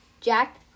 Jack